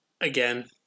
again